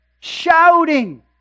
shouting